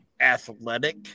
athletic